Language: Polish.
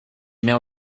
miał